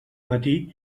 matí